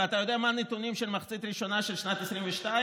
ואתה יודע מה הנתונים של המחצית הראשונה של שנת 2022?